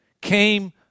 came